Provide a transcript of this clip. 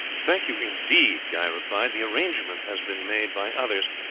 thank you indeed, guy replied the arrangement has been made by others,